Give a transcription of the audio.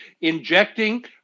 injecting